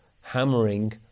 hammering